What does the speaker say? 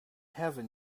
heaven